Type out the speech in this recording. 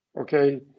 Okay